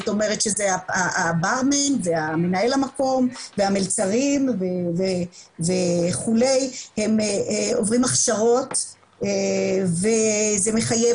זאת אומרת הברמן ומנהל המקום והמלצרים וכו' הם עוברים הכשרות וזה מחייב